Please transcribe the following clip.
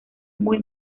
muy